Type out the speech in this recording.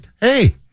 Hey